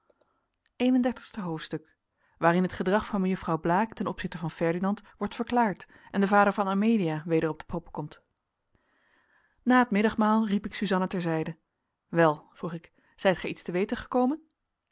een en dertigste hoofdstuk waarin het gedrag van mejuffrouw blaek ten opzichte van ferdinand wordt verklaard en de vader van amelia weder op de proppen komt na het middagmaal riep ik suzanna ter zijde wel vroeg ik zijt gij iets te weten gekomen